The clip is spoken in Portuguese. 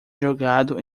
jogado